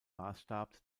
maßstab